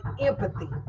empathy